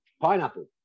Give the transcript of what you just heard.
pineapple